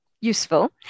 useful